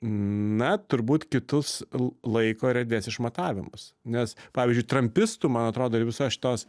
na turbūt kitus laiko ir erdvės išmatavimus nes pavyzdžiui trampistų man atrodo ir visos šitos